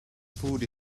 food